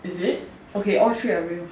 is it okay all three are real